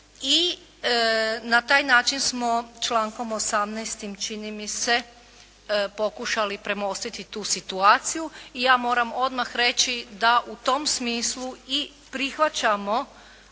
I na taj način smo člankom 18. čini mi se pokušali premostiti tu situacija. I ja moram odmah reći da u tom smislu i prihvaćamo